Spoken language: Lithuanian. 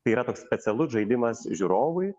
tai yra toks specialus žaidimas žiūrovui